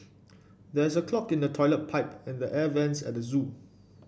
there is a clog in the toilet pipe and the air vents at the zoo